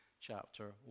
chapter